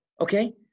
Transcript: okay